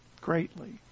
greatly